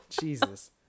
Jesus